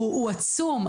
הוא עצום.